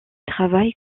travaillent